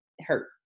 hurt